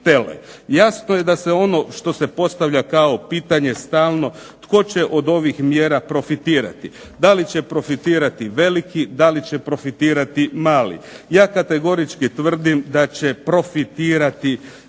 Jasno je da se ono što se postavlja kao pitanje stalno tko će od ovih mjera profitirati. Da li će profitirati veliki, da li će profitirati mali. Ja kategorički tvrdim da će profitirati veliki.